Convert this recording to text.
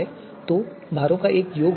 तो भारों का योग एक होना चाहिए